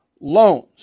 loans